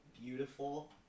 beautiful